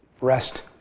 rest